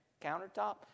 countertop